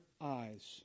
eyes